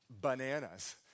bananas